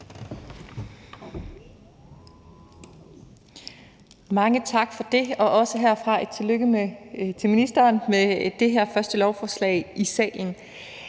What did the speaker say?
Mange tak for det. Der skal også herfra lyde et tillykke til ministeren med det her første lovforslag i salen.